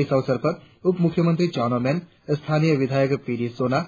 इस अवसर पर उप मुख्यमंत्री चाउना मेन स्थानीय विधायक पी डी सोना